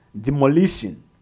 demolition